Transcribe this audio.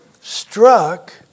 struck